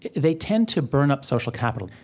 they tend to burn up social capital,